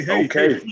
okay